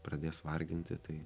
pradės varginti tai